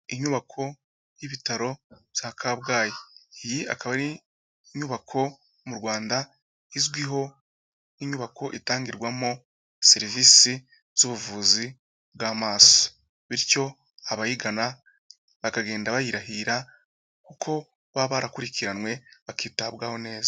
Inyubako y'ibitaro bya Kabgayi. Iyi akaba ari inyubako mu Rwanda izwiho nk'inyubako itangirwamo serivisi z'ubuvuzi bw'amaso. Bityo abayigana bakagenda bayirahira kuko baba barakurikiranywe bakitabwaho neza.